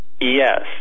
Yes